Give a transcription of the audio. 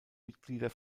mitglieder